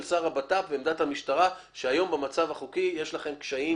השר לביטחון פנים ואת עמדת המשטרה שהיום במצב החוקי יש לכם קשיים